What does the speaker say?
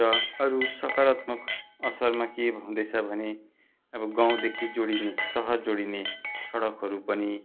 र अरू सकारात्मक असरमा के हुँदैछ भने अब गाउँदेखि जोडिने सहर जोडिने सडकहरू पनि